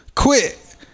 quit